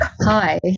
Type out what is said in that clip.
Hi